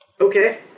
Okay